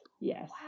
Yes